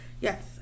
yes